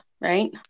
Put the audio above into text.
right